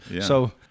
So-